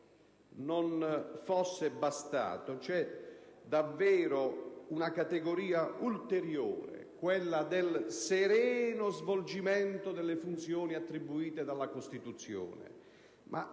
non bastasse, vi è una categoria ulteriore, quella del sereno svolgimento delle funzioni attribuite dalla Costituzione.